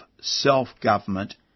self-government